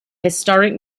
historic